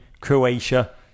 Croatia